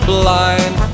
blind